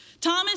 Thomas